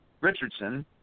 Richardson